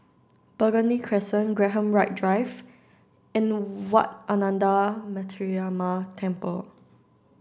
Burgundy Crescent Graham White Drive and Wat Ananda Metyarama Temple